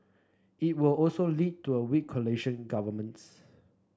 it would also lead to a weak coalition governments